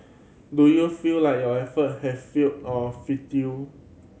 do you feel like your effort have failed or futile